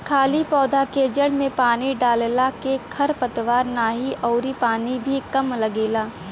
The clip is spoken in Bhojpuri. खाली पौधा के जड़ में पानी डालला के खर पतवार नाही अउरी पानी भी कम लगेला